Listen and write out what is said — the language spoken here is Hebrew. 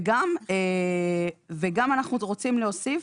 וגם אנחנו רוצים להוסיף.